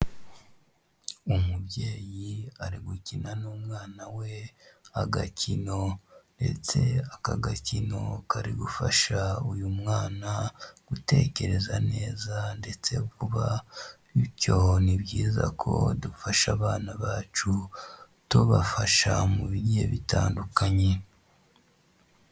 Umubyeyi ari gukina n'umwana we agakino. Ndetse aka gakino kari gufasha uyu mwana gutekereza neza ndetse vuba, bityo ni byiza ko dufasha abana bacu tubafasha mu bigiye bitandukanye.